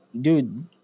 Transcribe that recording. dude